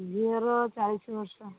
ଝିଅର ଚାଳିଶ ବର୍ଷ